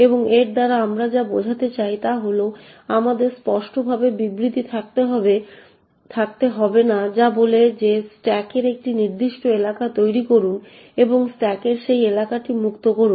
এবং এর দ্বারা আমরা যা বোঝাতে চাই তা হল আমাদের স্পষ্টভাবে বিবৃতি থাকতে হবে না যা বলে যে স্ট্যাকের একটি নির্দিষ্ট এলাকা তৈরি করুন এবং স্ট্যাকের সেই এলাকাটি মুক্ত করুন